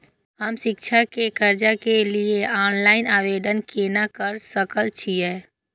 हम शिक्षा के कर्जा के लिय ऑनलाइन आवेदन केना कर सकल छियै?